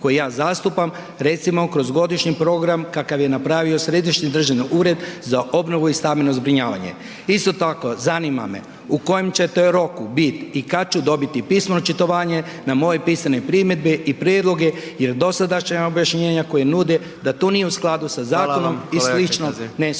koje ja zastupam recimo kroz godišnji program kakav je napravo Središnji državni ured za obnovu i stambeno zbrinjavanje? Isto tako zanima me u kojem će ti roku biti i kad ću dobiti pismeno očitovanje na moje pisane primjedbe i prijedloge jer dosadašnja objašnjenja koja nude da to nije u skladu sa zakonom i slično, ne stoji.